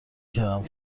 کردم